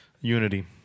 Unity